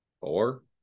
four